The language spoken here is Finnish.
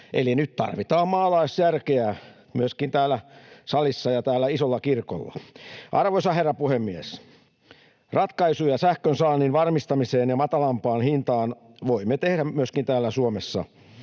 Eli nyt tarvitaan maalaisjärkeä myöskin täällä salissa ja täällä isolla kirkolla. Arvoisa herra puhemies! Ratkaisuja sähkönsaannin varmistamiseen ja matalampaan hintaan voimme tehdä myöskin täällä Suomessa.